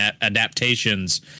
adaptations